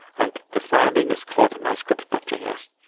and the file name is called myscript ah js.